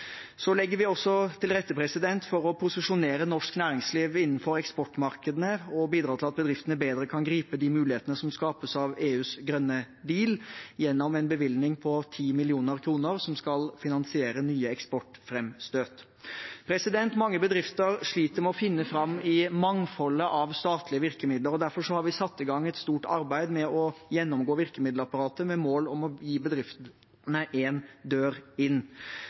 Så legger vi også til rette for å posisjonere norsk næringsliv innenfor eksportmarkedene og bidra til at bedriftene bedre kan gripe de mulighetene som skapes av EUs grønne giv, gjennom en bevilgning på 10 mill. kr som skal finansiere nye eksportframstøt. Mange bedrifter sliter med å finne fram i mangfoldet av statlige virkemidler. Derfor har vi satt i gang et stort arbeid med å gjennomgå virkemiddelapparatet, med mål om å gi bedriftene én dør inn.